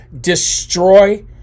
destroy